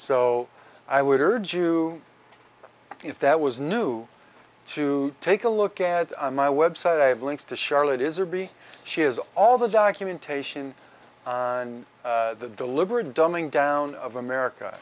so i would urge you if that was new to take a look at my website i have links to charlotte is or b she has all the documentation and the deliberate dumbing down of america